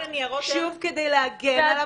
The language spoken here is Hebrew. שוב כדי להגן על המתלוננת.